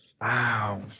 wow